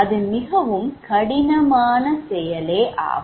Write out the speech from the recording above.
அது மிகவும் கடினமான செயலே ஆகும்